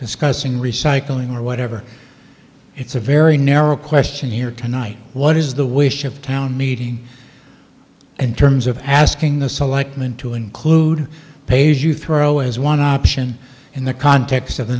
discussing recycling or whatever it's a very narrow question here tonight what is the wish of town meeting in terms of asking the selectmen to include pays you throw as one option in the context of